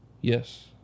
Yes